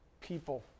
people